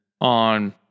on